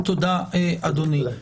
תודה, אדוני.